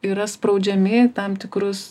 yra spraudžiami į tam tikrus